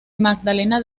magdalena